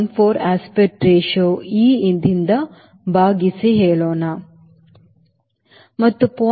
14 aspect ratio eದಿಂದ ಭಾಗಿಸಿ ಹೇಳೋಣ ಮತ್ತು 0